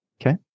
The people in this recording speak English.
Okay